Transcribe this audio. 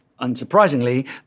unsurprisingly